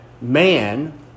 man